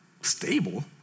stable